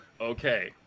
okay